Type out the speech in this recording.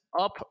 up